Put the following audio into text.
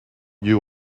you